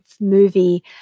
Movie